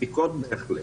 מספיקות בהחלט.